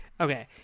Okay